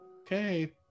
Okay